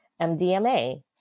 MDMA